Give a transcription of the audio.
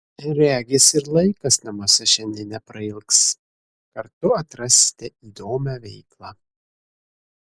regis ir laikas namuose šiandien neprailgs kartu atrasite įdomią veiklą